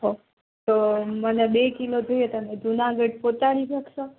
તો મને બે કિલો જોઈએ તમે જૂનાગઢ પોચાડી સક્સો